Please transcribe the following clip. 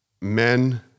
men